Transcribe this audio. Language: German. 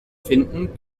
finden